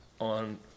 on